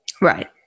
Right